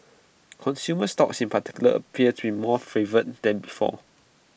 consumer stocks in particular appear to be more favoured than before